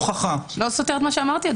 לא סותר את מה שאמרתי.